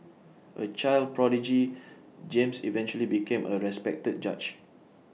A child prodigy James eventually became A respected judge